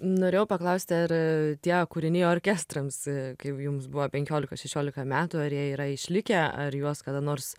norėjau paklausti ar tie kūriniai orkestrams kai jums buvo penkiolika šešiolika metų ar jie yra išlikę ar juos kada nors